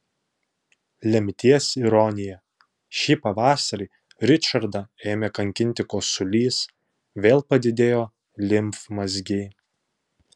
lemties ironija šį pavasarį ričardą ėmė kankinti kosulys vėl padidėjo limfmazgiai